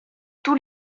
tous